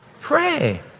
Pray